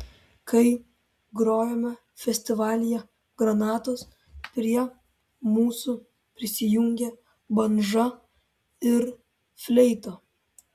kai grojome festivalyje granatos prie mūsų prisijungė bandža ir fleita